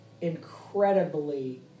incredibly